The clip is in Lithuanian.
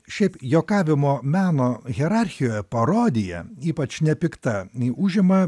šiaip juokavimo meno hierarchijoje parodija ypač nepikta ji užima